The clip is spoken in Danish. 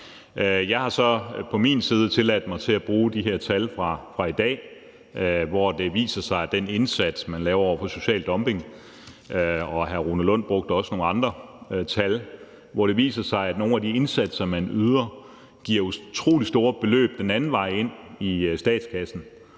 Jeg har så på min side tilladt mig at bruge de her tal fra i dag, som viser, at den indsats, man laver over for social dumping – og hr. Rune Lund brugte også nogle andre tal – giver utrolig store beløb den anden vej ind i statskassen.